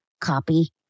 copy